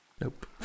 nope